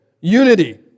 Unity